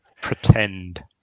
Pretend